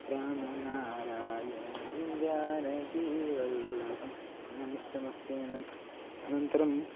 रामनारायणं जानकीवल्लभम् इदमिष्टमस्ति अनन्त्र अनन्तरम्